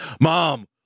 Mom